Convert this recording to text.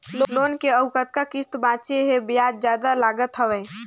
Loan के अउ कतका किस्त बांचें हे? ब्याज जादा लागत हवय,